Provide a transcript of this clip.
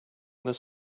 this